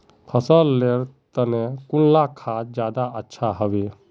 फसल लेर तने कुंडा खाद ज्यादा अच्छा हेवै?